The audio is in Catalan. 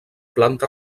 planta